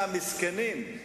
הדברים בצורה שונה,